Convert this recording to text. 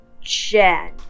Jen